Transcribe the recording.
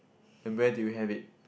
and where do you have it